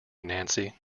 nancy